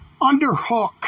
underhook